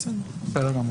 בסדר.